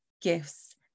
gifts